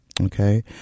Okay